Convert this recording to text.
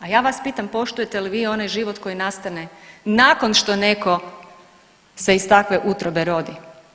A ja vas pitam poštujete li vi onaj život koji nastane nakon što netko se iz takve utrobe rodi?